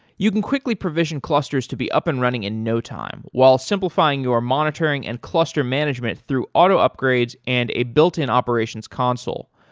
you can quickly provision clusters to be up and running in no time while simplifying your monitoring and cluster management through auto upgrades and a built-in operations console.